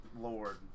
lord